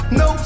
no